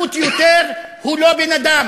חבר הכנסת קיש.